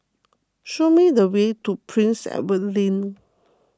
show me the way to Prince Edward Link